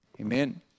Amen